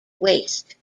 waste